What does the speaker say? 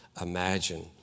imagine